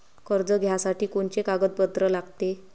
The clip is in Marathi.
कर्ज घ्यासाठी कोनचे कागदपत्र लागते?